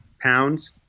Pounds